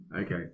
Okay